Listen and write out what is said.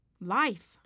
Life